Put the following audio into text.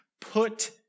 put